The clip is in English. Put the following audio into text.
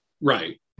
Right